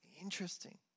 interesting